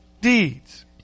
deeds